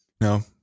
no